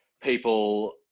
people